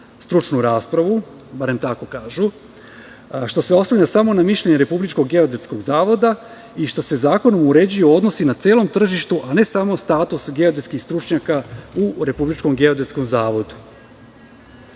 stručnu raspravu, barem tako kažu, što se oslanja samo na mišljenje Republičkog geodetskog zavoda i što se zakonom uređuju odnosi na celom tržištu, a ne samo status geodetskih stručnjaka u Republičkom geodetskom zavodu.